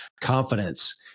confidence